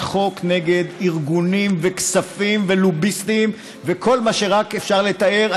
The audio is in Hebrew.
חוק נגד ארגונים וכספים ולוביסטים וכל מה שרק אפשר לתאר.